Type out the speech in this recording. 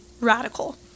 radical